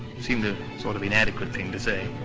seemed a sort of inadequate thing to say.